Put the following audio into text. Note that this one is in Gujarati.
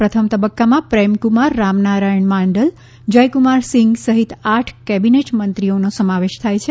પ્રથમ તબક્કામાં પ્રેમકુમાર રામનારાયણ માંડલ જયકુમાર સિંઘ સહિત આઠ કેબીનેટ મંત્રીઓનો સમાવેશ થાય છે